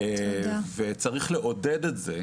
וצריך לעודד את זה